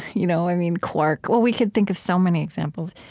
you know. i mean, quark or we could think of so many examples.